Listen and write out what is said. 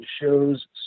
shows